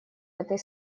этой